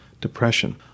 depression